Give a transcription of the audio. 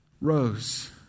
rose